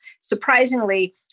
surprisingly